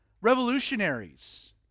revolutionaries